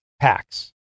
packs